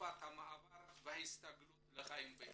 בתקופת המעבר וההסתגלות לחיים בישראל.